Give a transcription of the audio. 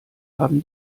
haben